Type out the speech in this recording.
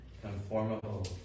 conformable